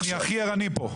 אני הכי ערני פה.